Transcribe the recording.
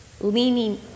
leaning